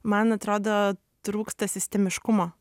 man atrodo trūksta sistemiškumo